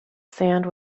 sand